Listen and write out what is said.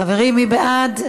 חברים, מי בעד?